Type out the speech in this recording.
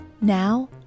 Now